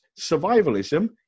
survivalism